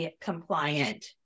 compliant